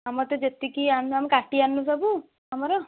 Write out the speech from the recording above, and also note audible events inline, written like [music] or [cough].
ଆମର ତ ଯେତିକି [unintelligible] କାଟି ଆଣିଲୁ ସବୁ ଆମର